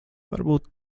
varbūt